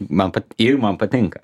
man pat ir man patinka